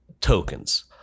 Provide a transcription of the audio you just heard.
tokens